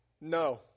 no